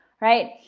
right